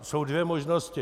Jsou dvě možnosti.